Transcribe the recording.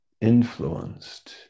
influenced